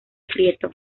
prieto